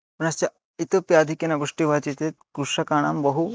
पुनश्च इतोपि आधिक्येन वृष्टिः भवति चेत् कृषकाणां बहु